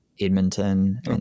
Edmonton